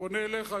אני פונה אליך,